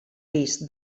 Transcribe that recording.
risc